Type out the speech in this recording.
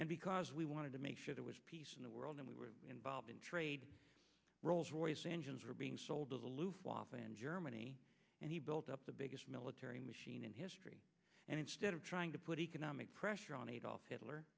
and because we wanted to make sure there was peace in the world and we were involved in trade rolls royce engines were being sold to luke was in germany and he built up the biggest military machine in history and instead of trying to put economic pressure on adolf hitler